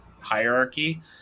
hierarchy